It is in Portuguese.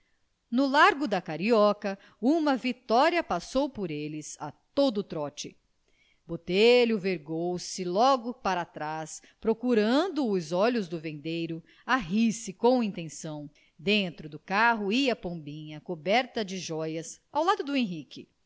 no largo da carioca uma vitória passou por eles a todo o trote botelho vergou se logo para trás procurando os olhos do vendeiro a rir-se com intenção dentro do carro ia pombinha coberta de jóias ao lado de henrique